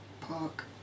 Park